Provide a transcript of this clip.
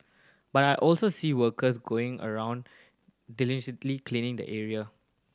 but I also see workers going around diligently cleaning the area